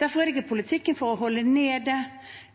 Derfor er det ikke politikken for å holde nede